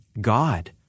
God